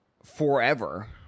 forever